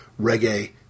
reggae